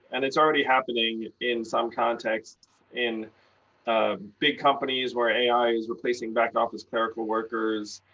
and it's already happening in some contexts in big companies where ai is replacing back office clerical workers,